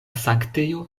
sanktejo